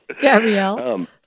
Gabrielle